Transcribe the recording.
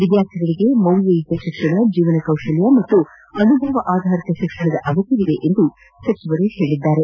ವಿದ್ಯಾರ್ಥಿಗಳಿಗೆ ಮೌಲ್ಯಯುತ ಶಿಕ್ಷಣ ಜೀವನ ಕೌಶಲ್ಯ ಮತ್ತು ಜೀವನಾನುಭವ ಆಧಾರಿತ ಶಿಕ್ಷಣದ ಅಗತ್ಯವಿದೆ ಎಂದು ಅವರು ಹೇಳಿದರು